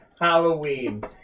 Halloween